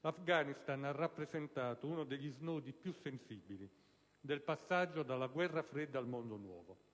L'Afghanistan ha rappresentato uno degli snodi più sensibili del passaggio dalla guerra fredda al nuovo